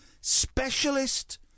specialist